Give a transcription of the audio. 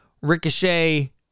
Ricochet